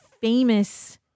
famous